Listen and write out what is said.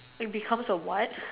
it becomes a what